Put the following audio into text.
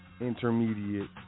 intermediate